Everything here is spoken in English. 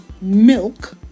milk